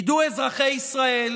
ידעו אזרחי ישראל